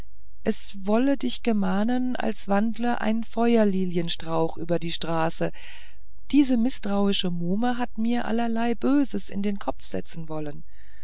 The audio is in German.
es wolle dich gemahnen als wandle ein feuerlilienstrauch über die straße diese mißtrauische muhme hat mir allerlei böses in den kopf setzen wollen